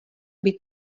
být